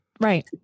right